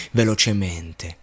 velocemente